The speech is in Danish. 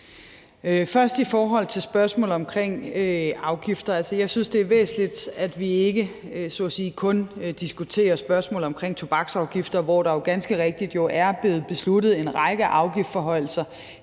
sige i forhold til spørgsmålet omkring afgifter, at jeg synes, det er væsentligt, at vi ikke så at sige kun diskuterer spørgsmålet omkring tobaksafgifter, hvor der jo ganske rigtigt er blevet besluttet en række afgiftsforhøjelser